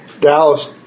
Dallas